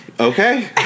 Okay